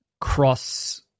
cross